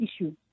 issue